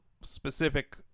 specific